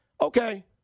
Okay